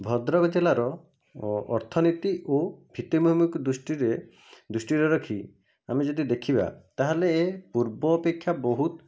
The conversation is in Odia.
ଭଦ୍ରକ ଜିଲ୍ଲାର ଅର୍ଥନୀତି ଓ ଭିତ୍ତିଭୂମିକୁ ଦୃଷ୍ଟିରେ ଦୃଷ୍ଟିରେ ରଖି ଆମେ ଯଦି ଦେଖିବା ତା'ହେଲେ ପୂର୍ବ ଅପେକ୍ଷା ବହୁତ